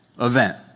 event